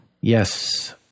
Yes